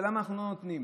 ולמה אנחנו לא נותנים.